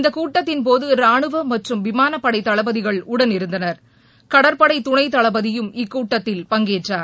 இந்த கூட்டத்தின்போது ராணுவ மற்றும் விமாளப் படை தளபதிகள் உடனிருந்தனர் கடற்படை துணை தளபதியும் இக்கூட்டத்தில் பங்கேற்றார்